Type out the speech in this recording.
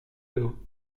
d’eau